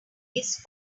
gaze